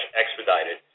expedited